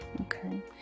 Okay